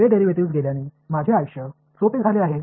वेळ डेरिव्हेटिव्ह्ज गेल्याने माझे आयुष्य सोपे झाले आहे